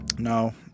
No